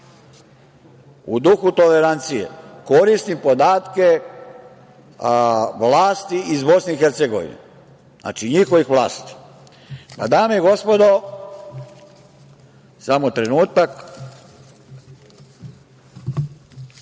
u duhu tolerancije, koristim podatke vlasti iz Bosne i Hercegovine, znači, njihovih vlasti. Dame i gospodo, 1991.